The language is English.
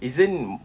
isn't